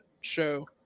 show